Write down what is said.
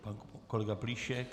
Pan kolega Plíšek?